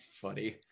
funny